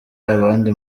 abandi